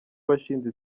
washinze